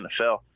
NFL